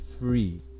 free